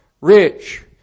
rich